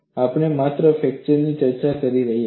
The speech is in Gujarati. આપણે માત્ર ફ્રેક્ચર ની ચર્ચા કરી રહ્યા છીએ